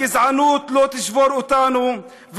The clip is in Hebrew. הגזענות לא תשבור אותנו,